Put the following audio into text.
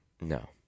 No